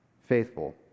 faithful